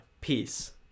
Peace